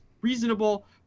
reasonable